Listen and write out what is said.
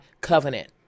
covenant